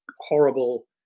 horrible